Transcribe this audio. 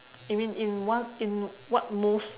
you mean in what in what most